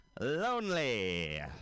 Lonely